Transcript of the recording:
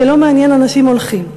כשלא מעניין אנשים הולכים.